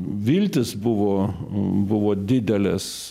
viltys buvo buvo didelės